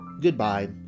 Goodbye